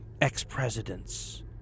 ex-presidents